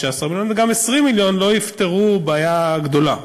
מיליון וגם 20 מיליון לא יפתרו בעיה גדולה,